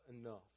enough